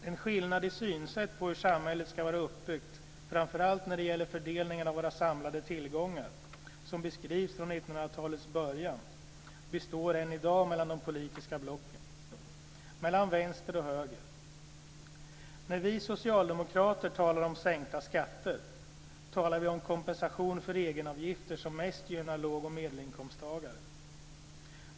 Den skillnad i synsätt vad beträffar hur samhället ska vara uppbyggt framför allt när det gäller fördelningen av våra samlade tillgångar som beskrivs från 1900-talets början består än i dag mellan de politiska blocken - mellan vänster och höger. När vi socialdemokrater talar om sänkta skatter talar vi om kompensation för egenavgifter som mest gynnar låg och medelinkomsttagare.